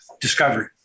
discovery